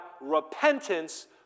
repentance